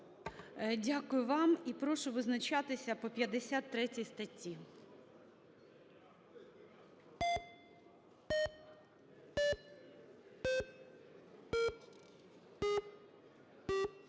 Дякую вам. І прошу визначатися по 53 статті.